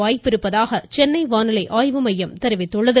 வாய்ப்பிருப்பதாக சென்னை வானிலை ஆய்வு மையம் தெரிவித்துள்ளது